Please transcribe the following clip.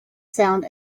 sound